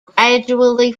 gradually